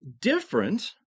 different